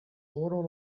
roland